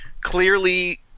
clearly